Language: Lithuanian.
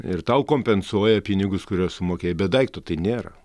ir tau kompensuoja pinigus kuriuos sumokėjai bet daikto tai nėra